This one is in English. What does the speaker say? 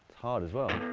hard as well.